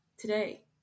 today